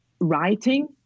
writing